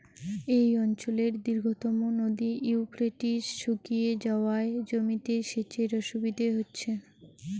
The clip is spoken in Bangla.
এই অঞ্চলের দীর্ঘতম নদী ইউফ্রেটিস শুকিয়ে যাওয়ায় জমিতে সেচের অসুবিধে হচ্ছে